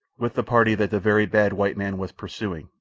with the party that the very bad white man was pursuing.